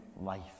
life